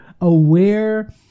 aware